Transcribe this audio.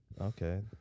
Okay